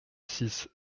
six